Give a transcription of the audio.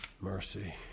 mercy